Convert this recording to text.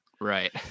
Right